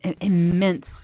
immense